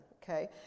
okay